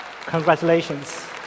Congratulations